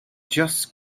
just